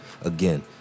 Again